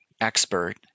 expert